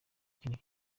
ikintu